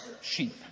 sheep